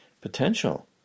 potential